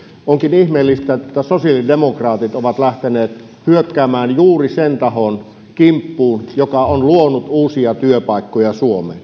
onkin ihmeellistä että sosiaalidemokraatit ovat lähteneet hyökkäämään juuri sen tahon kimppuun joka on luonut uusia työpaikkoja suomeen